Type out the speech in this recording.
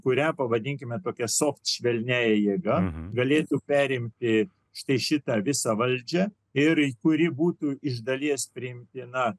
kurią pavadinkime tokia švelniąja jėga galėtų perimti į štai šitą visą valdžią ir kuri būtų iš dalies priimtina